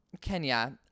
Kenya